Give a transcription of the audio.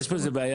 יש פה איזה בעיה,